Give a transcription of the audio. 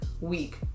week